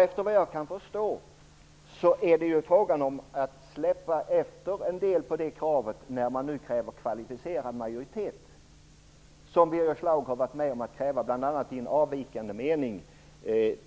Efter vad jag kan förstå är det fråga om att släppa efter en del på det kravet när man nu kräver kvalificerad majoritet, som Birger Schlaug har varit med om att kräva i bl.a. en avvikande mening